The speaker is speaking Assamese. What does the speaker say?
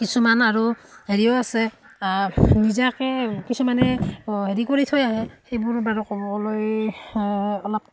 কিছুমান আৰু হেৰিও আছে নিজাকৈ কিছুমানে হেৰি কৰি থৈ আহে সেইবোৰ বাৰু ক'বলৈ অলপ